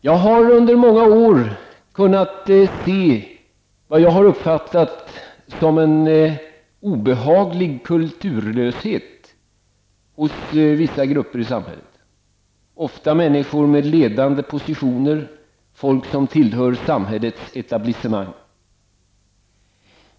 Jag har under många år kunnat se vad jag har uppfattat som en obehaglig kulturlöshet hos vissa grupper i samhället, ofta människor med ledande positioner, folk som tillhör samhällets etablissemang.